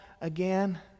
again